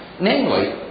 namely